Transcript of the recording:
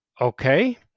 okay